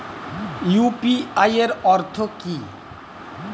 UPI এর অর্থ কি?